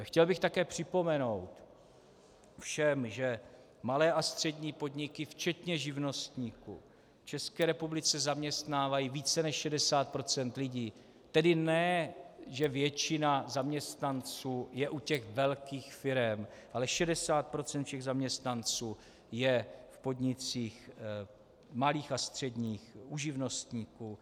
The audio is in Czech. Chtěl bych také připomenout všem, že malé a střední podniky včetně živnostníků v České republice zaměstnávají více než 60 procent lidí, tedy ne že většina zaměstnanců je u těch velkých firem, ale 60 procent všech zaměstnanců je v podnicích malých a středních, u živnostníků.